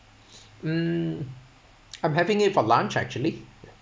um I'm having it for lunch actually